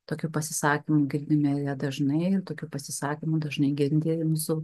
tokių pasisakymų girdime dažnai ir tokių pasisakymų dažnai girdi ir mūsų